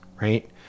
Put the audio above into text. right